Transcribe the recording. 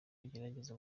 agerageje